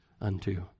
unto